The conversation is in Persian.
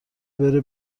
بره